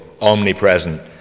omnipresent